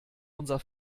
unser